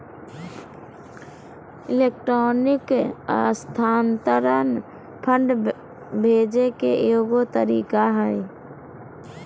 electronic स्थानान्तरण fund भेजे के एगो तरीका हइ